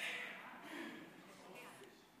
לוועדת החוקה, חוק ומשפט נתקבלה.